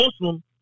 Muslim